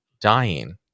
dying